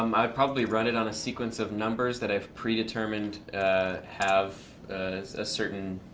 um i'd probably run it on a sequence of numbers that i've predetermined have a certain